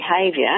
behaviour